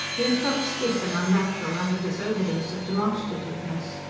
he had felt stiff and unnatural under this overdose of demonstrativeness.